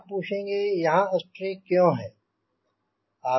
आप पूछेंगे यहांँ स्ट्रेक क्यों हैं